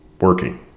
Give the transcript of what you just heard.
working